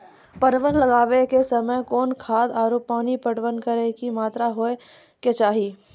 परवल लगाबै के समय कौन खाद आरु पानी पटवन करै के कि मात्रा होय केचाही?